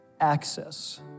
access